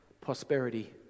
prosperity